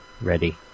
ready